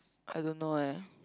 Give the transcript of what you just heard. I don't know eh